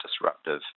disruptive